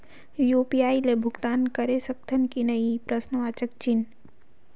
UPI ले भुगतान करे सकथन कि नहीं?